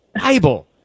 Bible